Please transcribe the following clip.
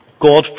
God